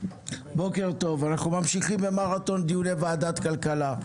אנחנו ממשיכים במרתון דיוני ועדת הכלכלה,